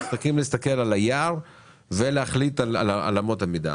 אנחנו צריכים להסתכל על היער ולהחליט על אמות המידה.